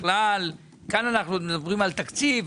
כאן אנחנו מדברים על תקציב,